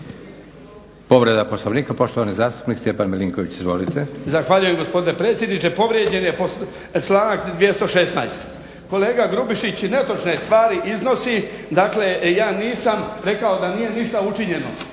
Povreda Poslovnika poštovani zastupnik Stjepan Milinković. Izvolite. **Milinković, Stjepan (HDZ)** Zahvaljujem gospodine predsjedniče. Povrijeđen je članak 216. Kolega Grubišić netočne stvari iznosi. Dakle, ja nisam rekao da nije ništa učinjeno.